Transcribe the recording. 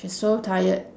she's so tired